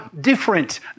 different